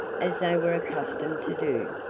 as they were accustomed to do.